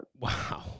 Wow